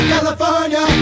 California